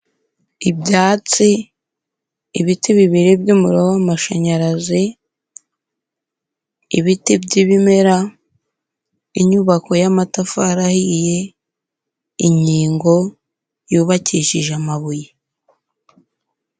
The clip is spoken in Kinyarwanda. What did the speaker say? Ibyatsi, ibiti bibiri by'umuriro w'amashanyarazi, ibiti by'ibimera, inyubako y'amatafari ahiye, inkingo yubakishije amabuye.